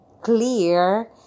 clear